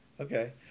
Okay